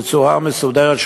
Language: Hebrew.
בצורה מסודרת,